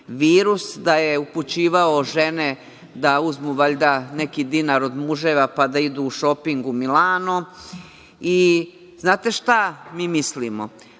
da je upućivao žene da uzmu valjda neki dinar od muževa pa da idu u šoping u Milano. Znate šta mi mislimo?